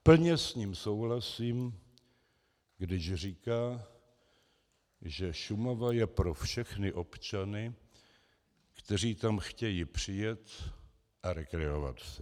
Plně s tím souhlasím, když říká, že Šumava je pro všechny občany, kteří tam chtějí přijet a rekreovat se.